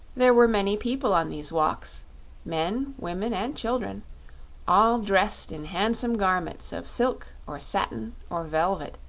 there were many people on these walks men, women and children all dressed in handsome garments of silk or satin or velvet,